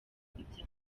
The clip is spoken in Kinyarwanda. politiki